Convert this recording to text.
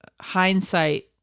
hindsight